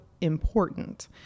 important